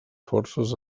forces